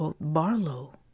barlow